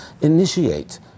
initiate